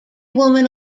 woman